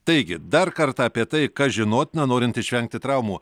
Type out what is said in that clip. taigi dar kartą apie tai kas žinotina norint išvengti traumų